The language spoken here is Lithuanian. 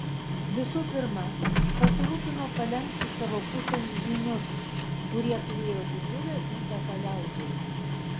visų pirma pasirūpino palenkti savo pusėn žynius kurie turėjo didžiulę įtaką liaudžiai